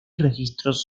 registros